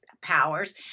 powers